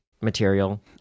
material